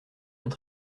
bien